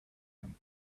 them